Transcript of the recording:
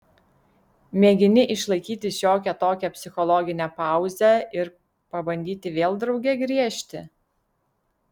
mėgini išlaikyti šiokią tokią psichologinę pauzę ir pabandyti vėl drauge griežti